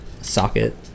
socket